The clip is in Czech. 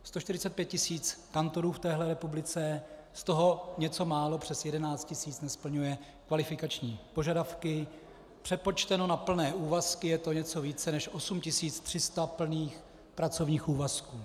145 tisíc kantorů v téhle republice, z toho něco málo přes 11 tisíc nesplňuje kvalifikační požadavky, přepočteno na plné úvazky je to něco více než 8 300 plných pracovních úvazků.